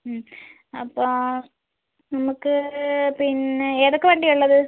മ് അപ്പോൾ നമുക്ക് പിന്നെ ഏതൊക്കെ വണ്ടിയാണ് ഉള്ളത്